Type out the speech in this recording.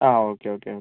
ആ okay okay okay